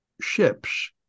ships